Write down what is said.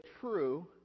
true